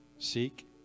Seek